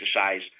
exercise